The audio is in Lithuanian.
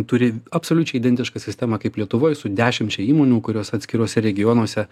turi absoliučiai identišką sistemą kaip lietuvoj su dešimčia įmonių kurios atskiruose regionuose